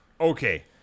Okay